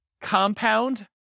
compound